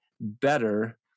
better